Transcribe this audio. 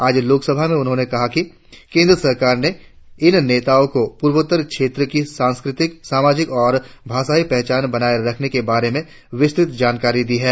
आज लोकसभा में उन्होंने कहा कि केंद्र सरकार ने इन नेताओं को पूर्वोत्तर क्षेत्र की सांस्कृतिक सामाजिक और भाषाई पहचान बनाए रखने के बारे में विस्तृत जानकारी दी है